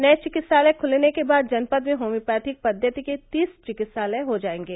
नये चिकित्सालय खुलने के बाद जनपद में होम्योपैथिक पद्वति के तीस चिकित्सालय हो जायेंगे